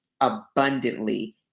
abundantly